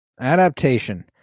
Adaptation